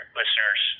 listeners